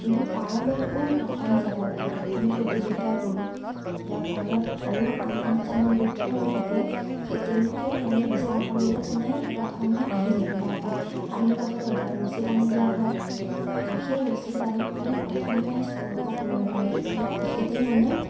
কিন্তু পাৰলৈ কোন প্ৰথমে যাব তাৰ আমি প্ৰতিযোগিতা কৰোঁ বা পাৰত আৰু আন আন কিছুমান লোক থিয় হৈ থাকে সেই তেওঁলোকে মানে বিচাৰ কৰে যে কোনে প্ৰথমে আহিলে বা তাত পানীৰ মাজতে এডাল ৰচী টানি দিয়া হয় সেই ৰচীডাল কোনে প্ৰথমে স্পৰ্শ কৰিব পাৰে সেই তেখেতেই মানে